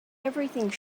everything